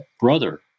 brother